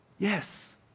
Yes